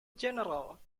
general